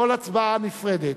כל הצבעה נפרדת.